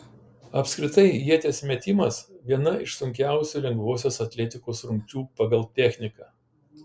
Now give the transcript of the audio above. apskritai ieties metimas viena iš sunkiausių lengvosios atletikos rungčių pagal techniką